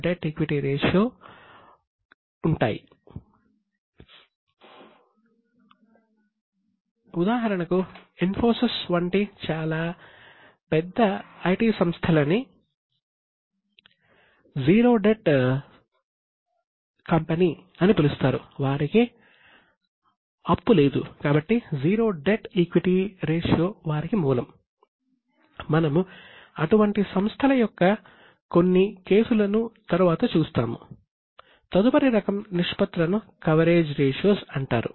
debt equity ratio అంటారు